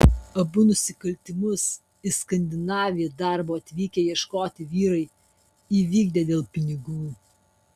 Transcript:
abu nusikaltimus į skandinaviją darbo atvykę ieškoti vyrai įvykdė dėl pinigų